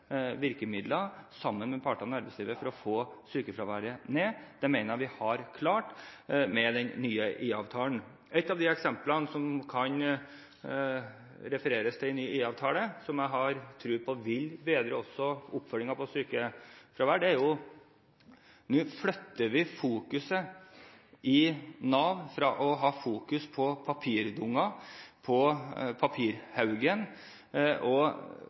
virkemidler sammen med partene i arbeidslivet, for å få sykefraværet ned. Det mener jeg vi har klart med den nye IA-avtalen. Et av de eksemplene som kan refereres til en ny IA-avtale, som jeg har tro på også vil bedre oppfølgingen av sykefravær, er dette: Nå flytter vi fokuset hos Nav – fra å fokusere på papirhaugen og til å fokusere på